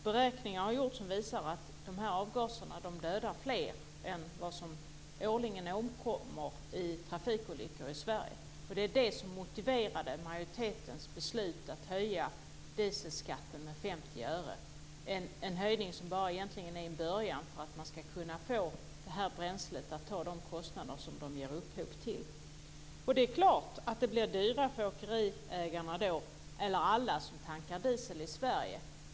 Beräkningar har gjorts som visar att dessa avgaser dödar fler än vad som årligen omkommer i trafikolyckor i Sverige, och det var det som motiverade majoritetens beslut att höja dieselskatten med 50 öre - en höjning som egentligen bara är en början - för att man ska kunna få detta bränsle att ta de kostnader som det ger upphov till. Det är klart att det då blir dyrare för åkeriägarna eller för alla som tankar diesel i Sverige.